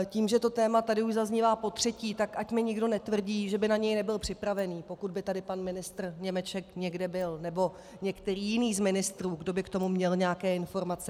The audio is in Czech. Tím, že to téma tady zaznívá už potřetí, tak ať mi nikdo netvrdí, že by na ně nebyl připravený, pokud by tady pan ministr Němeček někde byl, nebo některý jiný z ministrů, kdo by k tomu měl nějaké informace.